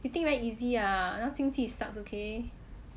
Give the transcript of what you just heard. you think very easy ah now 经济 sucks okay